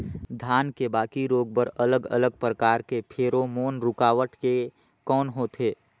धान के बाकी रोग बर अलग अलग प्रकार के फेरोमोन रूकावट के कौन होथे?